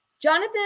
Jonathan